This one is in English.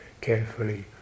carefully